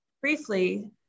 Briefly